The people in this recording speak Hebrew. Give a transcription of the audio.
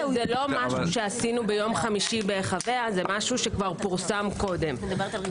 משהו שעשינו ביום חמישי בהיחבא זה כבר פורסם קודם.